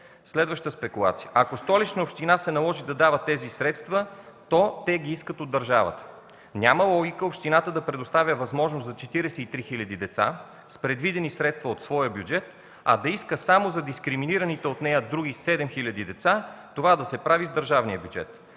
Следваща спекулация – ако Столична община се наложи да дава тези средства, то тя ги иска от държавата. Няма логика общината да предоставя възможност за 43 хил. деца с предвидени средства от своя бюджет, а да иска само за дискриминираните от нея други 7 хил. деца това да се прави от държавния бюджет.